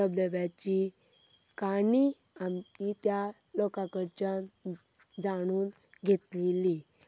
धबधब्याची काणी आमी त्या लोकां कडच्यान जाणून घेतलेली